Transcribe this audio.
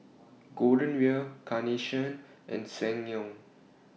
Golden Wheel Carnation and Ssangyong